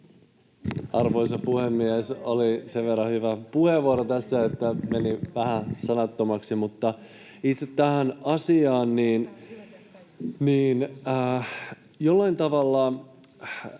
Arvoisa puhemies! Oli sen verran hyvä puheenvuoro tässä, että menin vähän sanattomaksi. Mutta itse tähän asiaan: jollain tavalla